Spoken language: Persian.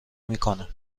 میکنم